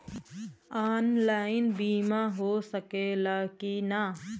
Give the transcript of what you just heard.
Online बीमा हो सकेला की ना?